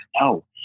No